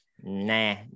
Nah